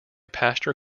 pasture